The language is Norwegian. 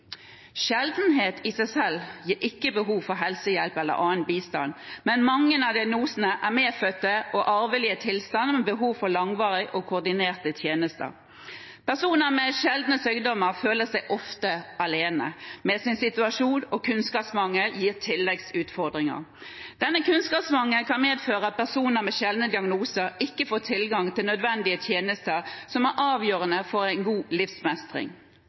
Sjeldenhet i seg selv gir ikke behov for helsehjelp eller annen bistand, men mange av diagnosene er medfødte og arvelige tilstander med behov for langvarige og koordinerte tjenester. Personer med sjeldne sykdommer føler seg ofte alene med sin situasjon, og kunnskapsmangel gir tilleggsutfordringer. Denne kunnskapsmangelen kan medføre at personer med sjeldne diagnoser ikke får tilgang til nødvendige tjenester som er avgjørende for en god livsmestring.